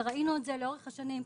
וראינו את זה לאורך השנים,